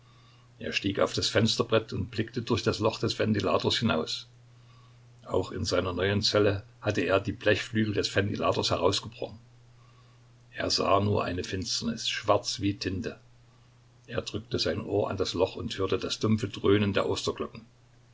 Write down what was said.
er stieg auf das fensterbrett und blickte durch das loch des ventilators hinaus auch in seiner neuen zelle hatte er die blechflügel des ventilators herausgebrochen er sah nur eine finsternis schwarz wie tinte er drückte sein ohr an das loch und hörte das dumpfe dröhnen der